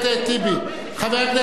אתה היית רשום אבל לא היית,